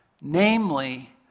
namely